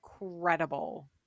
incredible